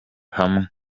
hamwe